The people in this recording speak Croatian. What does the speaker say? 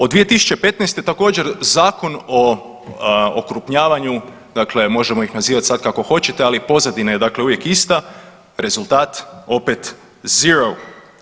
Od 2015. također Zakon o okrupnjavanju dakle možemo ih nazivat sad kako hoćete, ali pozadina je dakle uvijek isti, rezultat opet zerov.